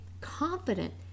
confident